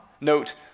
note